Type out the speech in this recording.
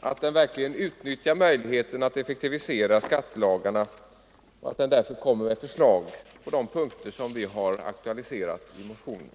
att den verkligen utnyttjar möjligheten att effektivisera skattelagarna och att den därför kommer med ett förslag på de punkter som vi har aktualiserat i motionen.